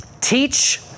teach